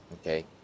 okay